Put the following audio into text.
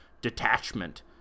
detachment